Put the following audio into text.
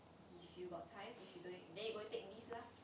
if you got time if you don't then you go and take leave lah